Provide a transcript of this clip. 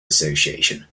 association